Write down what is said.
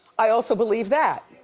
i also believe that.